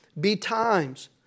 betimes